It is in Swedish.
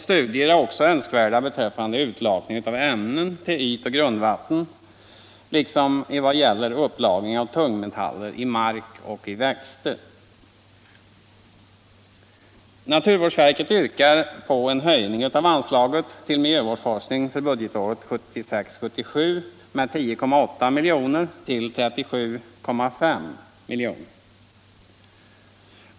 Studier är även önskvärda beträffande utlakning av ämnen till ytoch grundvatten liksom vad gäller upplagring av tungmetaller i mark och växter. Naturvårdsverket yrkar på en höjning av anslaget till miljövårdsforskning för budgetåret 1976/77 med 10,8 milj.kr. till 37,5 milj.kr.